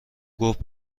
گفت